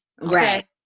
right